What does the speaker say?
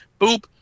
boop